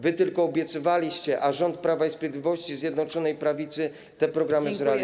Wy tylko obiecywaliście, a rząd Prawa i Sprawiedliwości, Zjednoczonej Prawicy te programy zrealizował.